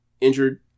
injured